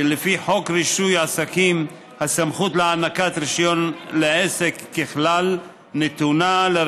בדבר רישוי עסקים בעלי חשיבות לאומית במסגרת היחידה